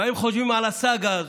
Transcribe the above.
מה הם חושבים על הסאגה הזאת.